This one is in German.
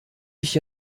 ich